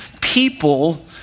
people